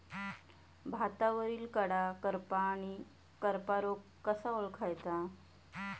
भातावरील कडा करपा आणि करपा रोग कसा ओळखायचा?